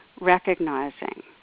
recognizing